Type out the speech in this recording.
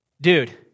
dude